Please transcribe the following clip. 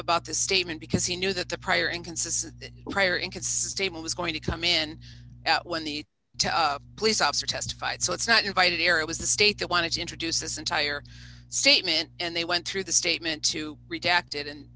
about the statement because he knew that the prior inconsistent prior inconsistent was going to come in when the police officer testified so it's not invited here it was the state that wanted to introduce this entire statement and they went through the statement to redact it and